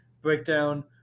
Breakdown